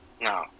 No